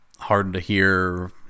hard-to-hear